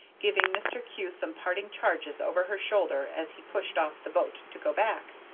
giving mr. kew some parting charges over her shoulder as he pushed off the boat to go back